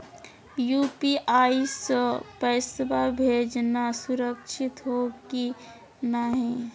UPI स पैसवा भेजना सुरक्षित हो की नाहीं?